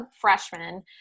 freshman